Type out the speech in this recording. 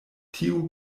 tiuj